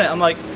i'm like,